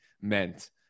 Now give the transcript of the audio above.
meant